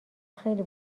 خیلی